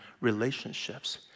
relationships